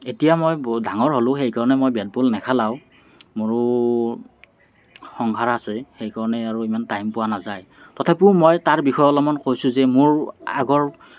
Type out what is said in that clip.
এতিয়া মই ব ডাঙৰ হ'লোঁ সেইকাৰণে মই বেট বল নেখেলাওঁ মোৰো সংসাৰ আছে সেইকাৰণে আৰু ইমান টাইম পোৱা নাযায় তথাপিও মই তাৰ বিষয়ে অলপমান কৈছোঁ যে মোৰ আগৰ